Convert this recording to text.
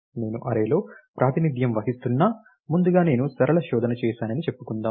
నేను అర్రేలో ప్రాతినిధ్యం వహిస్తున్నా ముందుగా నేను సరళ శోధన చేశానని చెప్పుకుందాం